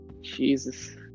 Jesus